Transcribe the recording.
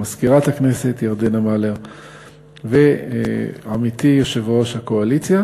למזכירת הכנסת ירדנה מלר ולעמיתי יושב-ראש הקואליציה